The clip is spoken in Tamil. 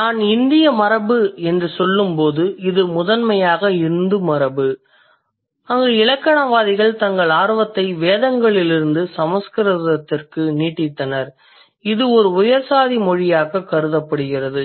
நான் இந்திய மரபு என்று சொல்லும்போது இது முதன்மையாக இந்து மரபு அங்கு இலக்கணவாதிகள் தங்கள் ஆர்வத்தை வேதங்களிலிருந்து சமஸ்கிருதத்திற்கு நீட்டித்தனர் இது ஒரு உயர் சாதி மொழியாகக் கருதப்படுகிறது